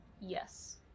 Yes